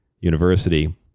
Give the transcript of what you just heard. University